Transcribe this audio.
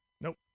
Nope